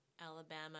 Alabama